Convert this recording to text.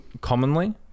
commonly